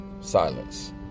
Silence